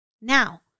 Now